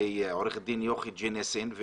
לעורכת דין יוכי גנסין,